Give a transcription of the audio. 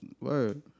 Word